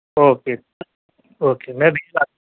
okay okay میں